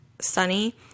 sunny